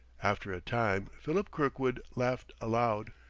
after a time philip kirkwood laughed aloud.